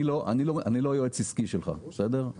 אני לא יועץ עסקי שלך, בסדר?